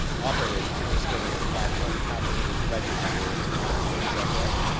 operators participating in the platform have to register to participate is that correct?